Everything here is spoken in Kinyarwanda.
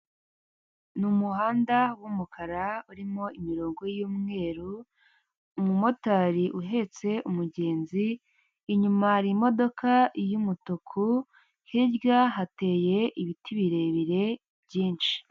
Ni umuhanda wumukara urimo imirongo y’umweru, umumotari uhetse umugenzi inyuma hari imodoka y’umutuku hirya hateye ibiti birebire byinshi.